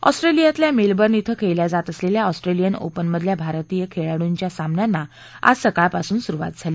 ऑस्ट्रेलियातल्या मेलवर्न इथं खेळल्या जात असलेल्या ऑस्ट्रेलियन ओपनमधल्या भारतीय खेळाडूंच्या सामन्यांना आज सकाळपासून सुरुवात झाली